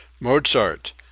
Mozart